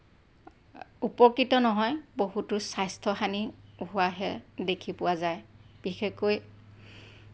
উপকৃত নহয় বহুতো স্বাস্থ্য হানি হোৱাহে দেখি পোৱা যায় বিশেষকৈ